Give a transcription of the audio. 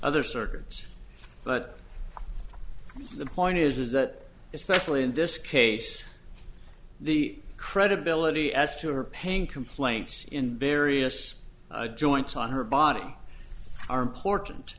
other circuits but the point is that especially in this case the credibility as to her paying complaints in various joints on her body are important